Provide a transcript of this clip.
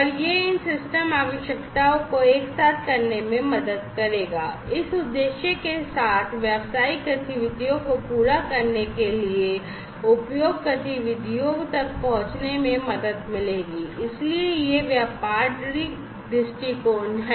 और यह इन सिस्टम आवश्यकताओं को एक साथ करने में मदद करेगा इस उद्देश्य के साथ व्यावसायिक गतिविधियों को पूरा करने के लिए उपयोग गतिविधियों तक पहुंचने में मदद मिलेगी इसलिए यह व्यापारिक दृष्टिकोण है